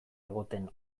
egoten